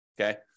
okay